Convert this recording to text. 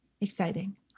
exciting